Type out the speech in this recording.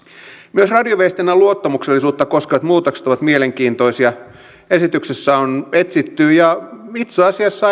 myös radioviestinnän luottamuksellisuutta koskevat muutokset ovat mielenkiintoisia esityksessä on etsitty ja itse asiassa